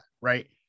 right